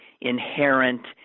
inherent